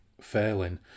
failing